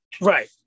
Right